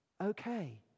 Okay